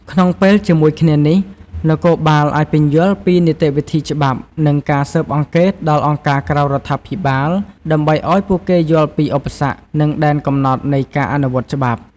ក្នុងពេលជាមួយគ្នានេះ នគរបាលអាចពន្យល់ពីនីតិវិធីច្បាប់ និងការស៊ើបអង្កេតដល់អង្គការក្រៅរដ្ឋាភិបាល ដើម្បីឲ្យពួកគេយល់ពីឧបសគ្គ និងដែនកំណត់នៃការអនុវត្តច្បាប់។